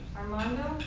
armondo.